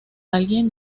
alguien